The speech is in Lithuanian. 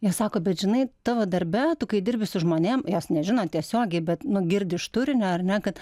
jos sako bet žinai tavo darbe tu kai dirbi su žmonėm jos nežino tiesiogiai bet nu girdi iš turinio ar ne kad